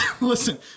listen